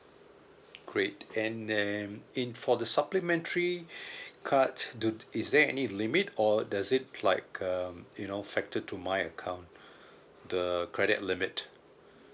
great and then in for the supplementary card do is there any limit or does it like um you know factor to my account the credit limit